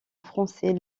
français